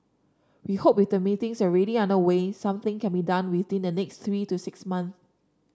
we hope with the meetings already underway something can be done within the next three to six month